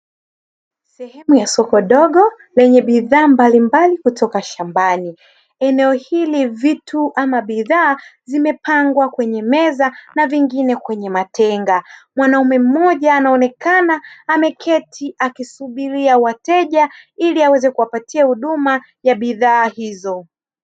Sehemu ya soko dogo lenye bidhaa mbalimbali kutoka shambani. Eneo hili vitu ama bidhaa zimepangwa kwenye meza na vingine kwenye matenga. Mwanaume mmoja anaonekana ameketi akisubiria wateja ili aweze kuwapatia huduma ya bidhaa hizo.